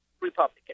Republican